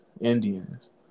Indians